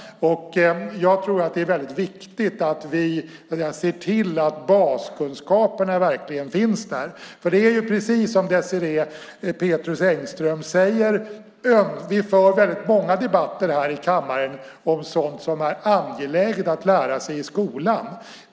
Jag tror att det är väldigt viktigt att vi ser till att baskunskaperna verkligen finns där. Det är precis som Désirée Pethrus Engström säger: Vi har väldigt många debatter här i kammaren om sådant som är angeläget att lära sig i skolan.